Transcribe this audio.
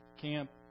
camp